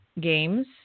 games